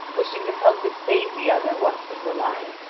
wishing to help and save the other one from the lion,